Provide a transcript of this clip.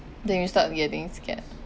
then you start getting scared